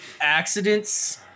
accidents